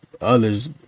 others